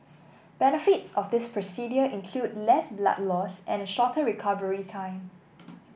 benefits of this procedure include less blood loss and a shorter recovery time